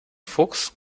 fuchs